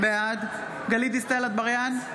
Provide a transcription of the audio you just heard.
בעד גלית דיסטל אטבריאן,